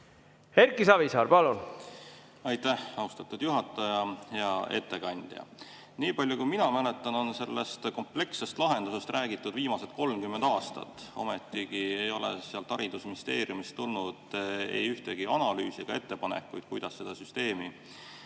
Erki Savisaar, palun! Aitäh, austatud juhataja! Hea ettekandja! Niipalju kui mina mäletan, on sellest komplekssest lahendusest räägitud viimased 30 aastat. Ometi ei ole haridusministeeriumist tulnud ühtegi analüüsi ega ettepanekut, kuidas süsteemi